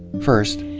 first,